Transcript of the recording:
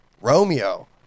Romeo